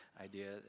idea